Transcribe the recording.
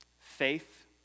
faith